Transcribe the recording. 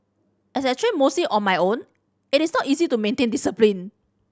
as I train mostly on my own it is not easy to maintain discipline